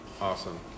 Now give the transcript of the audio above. Awesome